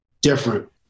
different